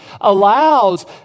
allows